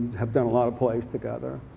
have done a lot of plays together.